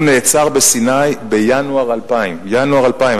הוא נעצר בסיני בינואר 2000. ינואר 2000,